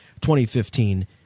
2015